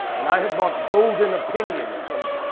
and i have bought golden opinions from